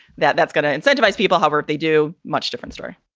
that that's going to incentivize people. however, they do. much different story